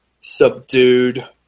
subdued